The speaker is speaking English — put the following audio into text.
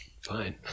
Fine